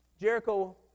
Jericho